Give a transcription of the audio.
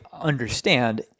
understand